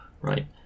right